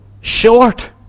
short